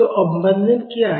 तो अवमंदन क्या है